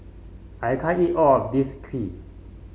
I can't eat all of this Kheer